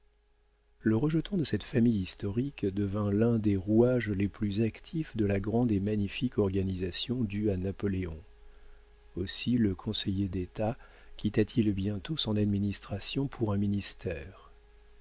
le rejeton de cette famille historique devint l'un des rouages les plus actifs de la grande et magnifique organisation due à napoléon aussi le conseiller d'état quitta t il bientôt son administration pour un ministère